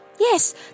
Yes